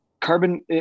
carbon